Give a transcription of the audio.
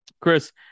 Chris